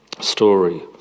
story